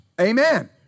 Amen